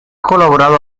colaborado